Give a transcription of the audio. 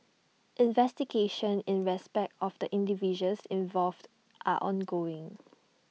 investigations in respect of the individuals involved are ongoing